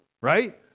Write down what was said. right